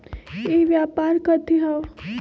ई व्यापार कथी हव?